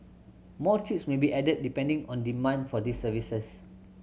more trips may be added depending on demand for these services